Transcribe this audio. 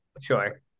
Sure